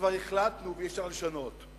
שכבר החלטנו ואי-אפשר לשנות,